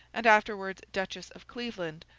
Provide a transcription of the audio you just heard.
and afterwards duchess of cleveland,